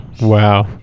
Wow